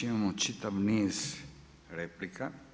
Imamo čitav niz replika.